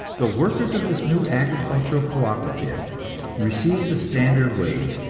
the workers of this new agricultural co-operative receive the standard wage,